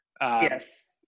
Yes